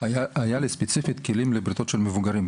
היה לי ספציפית כלים לבריתות של מבוגרים,